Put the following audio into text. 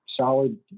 Solid